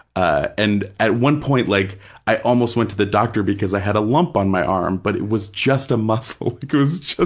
ah and, at one point, like i almost went to the doctor because i had a lump on my arm, but it was just a muscle. ah